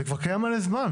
זה כבר קיים מלא זמן.